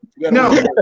No